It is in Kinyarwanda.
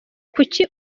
kuki